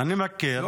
אני מכיר.